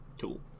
cool